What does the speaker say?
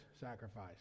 sacrifice